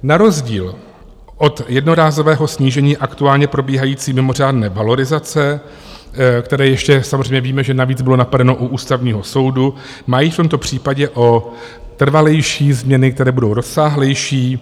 Na rozdíl od jednorázového snížení aktuálně probíhající mimořádné valorizace, o které ještě samozřejmě víme, že navíc byla napadena u Ústavního soudu, má jít v tomto případě o trvalejší změny, které budou rozsáhlejší.